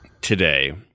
today